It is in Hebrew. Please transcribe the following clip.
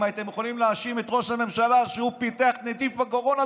אם הייתם יכולים להאשים את ראש הממשלה שהוא פיתח את נגיף הקורונה,